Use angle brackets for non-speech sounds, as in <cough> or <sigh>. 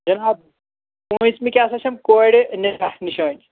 جِناب پٲنٛژمہِ کیٛاہ سا چھَم کورِ <unintelligible> نِشٲنۍ